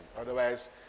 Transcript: otherwise